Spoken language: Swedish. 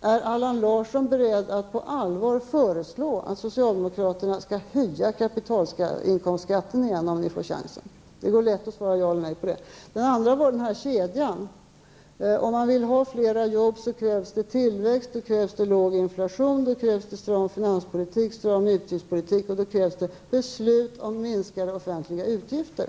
Är Allan Larsson beredd att på allvar föreslå att socialdemokraterna skall höja kapitalinkomstskatten igen, om ni får chansen? Det går lätt svara ja eller nej på den frågan. Den andra frågan gäller den kedja som det här har talats om: Vill man ha flera jobb, så krävs det tillväxt, låg inflation, stram finanspolitik, stram utgiftspolitik och beslut om minskade offentliga utgifter.